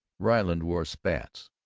ryland wore spats,